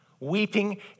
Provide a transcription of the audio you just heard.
Weeping